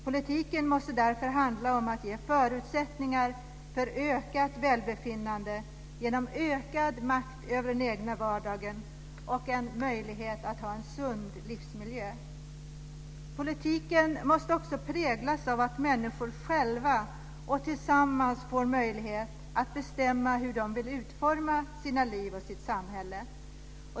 Politiken måste därför handla om att ge förutsättningar för större välbefinnande genom ökad makt över den egna vardagen och möjligheter till en sund livsmiljö. Politiken måste också präglas av att människor själva och tillsammans får möjlighet att bestämma hur de vill utforma sina liv och sitt samhälle.